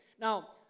Now